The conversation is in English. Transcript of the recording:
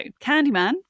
Candyman